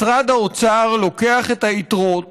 משרד האוצר לוקח את היתרות